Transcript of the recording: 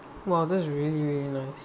!wow! this is really really nice